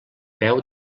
peu